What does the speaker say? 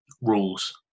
rules